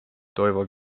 toivo